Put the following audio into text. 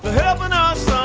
have a